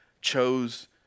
chose